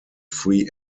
free